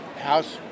house